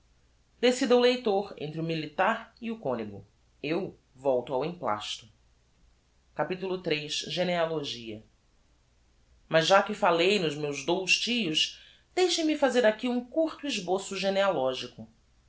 decida o leitor entre o militar e o conego eu volto ao emplasto capitulo iii genealogia mas já que fallei nos meus dous tios deixem-me fazer aqui um curto esboço genealogico